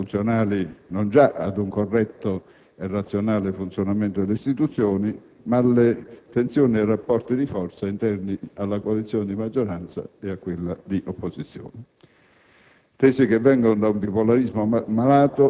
tesi evidentemente funzionali non già ad un corretto e razionale funzionamento delle istituzioni, ma alle tensioni e ai rapporti di forza interni alla coalizione di maggioranza e a quella di opposizione;